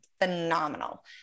phenomenal